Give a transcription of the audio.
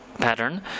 pattern